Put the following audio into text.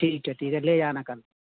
ठीक है ठीक है ले जाना कल